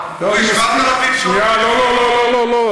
לא לא לא לא,